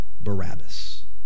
Barabbas